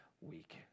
week